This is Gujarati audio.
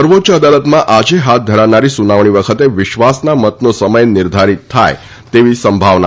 સર્વોચ્ય અદાલતમાં આજે હાથ ધરાનારી સુનાવણી વખતે વિશ્વાસના મતનો સમય નિર્ધારિત થાય તેવી સંભાવના છે